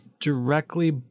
directly